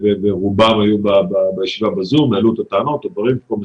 רובם היו בישיבה ב-זום והעלו את הטענות ואמרו את הדברים.